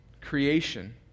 creation